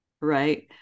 Right